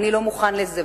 אני לא מוכן לזה,